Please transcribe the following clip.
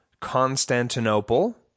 Constantinople